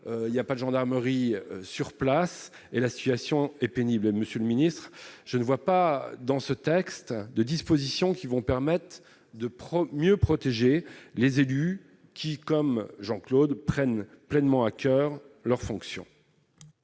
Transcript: il y a pas de gendarmerie sur place et la situation est pénible, monsieur le Ministre, je ne vois pas dans ce texte de dispositions qui vont permettent de prendre mieux protéger les élus qui, comme Jean-Claude prenne pleinement à coeur leur fonction.